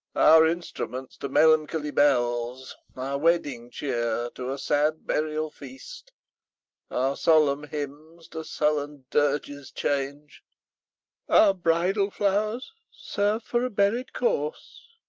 our instruments to melancholy bells our wedding cheer to a sad burial feast solemn hymns to sullen dirges change our bridal flowers serve for a buried corse,